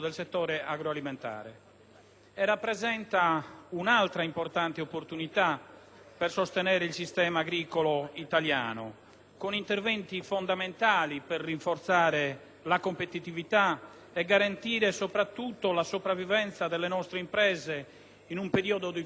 e rappresenta un'altra importante opportunità per sostenere il sistema agricolo italiano, con interventi fondamentali per rinforzare la competitività e garantire soprattutto la sopravvivenza delle nostre imprese in un periodo di fortissima crisi.